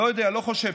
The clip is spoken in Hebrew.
לא יודע, לא חושב.